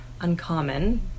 uncommon